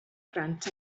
grant